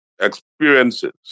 experiences